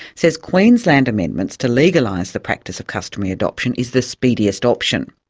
says queensland amendments to legalise the practice of customary adoption is the speediest option,